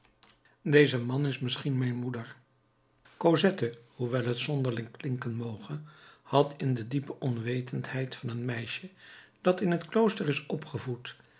deze man is misschien mijn moeder cosette hoewel t zonderling klinken moge had in de diepe onwetendheid van een meisje dat in het klooster is opgevoed